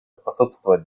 способствовать